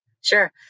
Sure